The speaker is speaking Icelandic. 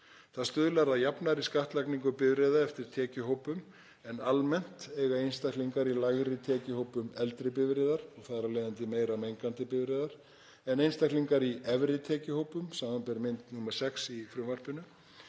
Það stuðlar að jafnari skattlagningu bifreiða eftir tekjuhópum en almennt eiga einstaklingar í lægri tekjuhópum eldri bifreiðar og þar af leiðandi meira mengandi bifreiðar en einstaklingar í efri tekjuhópum, sbr. mynd nr. 6 í frumvarpinu.